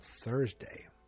Thursday